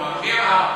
אז מי אמר?